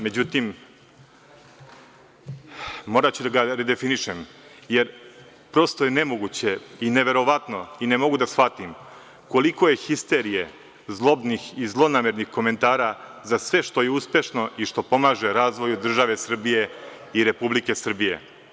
Međutim, moraću da ga redefinišem, jer prosto je nemoguće, neverovatno i ne mogu da shvatim koliko je histerije, zlobnih i zlonamernih komentara za sve što je uspešno i što pomaže razvoju države Srbije i Republike Srbije.